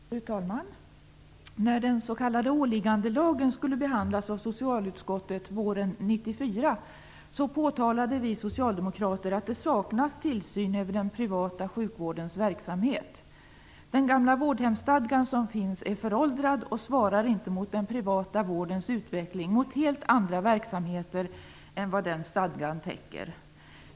Fru talman! När den s.k. åliggandelagen skulle behandlas av socialutskottet våren 1994 påtalade vi socialdemokrater att det saknas tillsyn över den privata sjukvårdens verksamhet. Den gamla vårdhemsstadgan som finns är föråldrad och svarar inte mot den privata vårdens utveckling mot helt andra verksamheter än vad vårdhemsstadgan täcker.